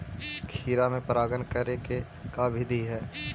खिरा मे परागण करे के का बिधि है?